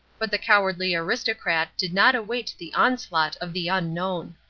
but the cowardly aristocrat did not await the onslaught of the unknown.